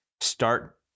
start